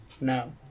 no